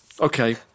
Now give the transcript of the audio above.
Okay